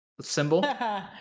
symbol